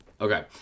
Okay